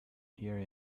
here